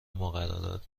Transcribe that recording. مقررات